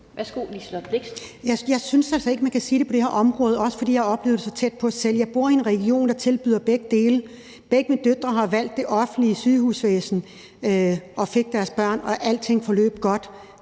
Jeg synes altså ikke, man kan sige det i forhold til det her område, og det er bl.a., fordi jeg har oplevet det så tæt på selv. Jeg bor i en region, der tilbyder begge dele. Begge mine døtre har valgt det offentlige sygehusvæsen, da de fik deres børn, og alting forløb godt